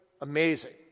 amazing